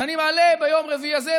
אז אני מעלה ביום רביעי הזה,